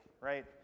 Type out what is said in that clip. right